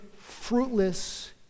fruitless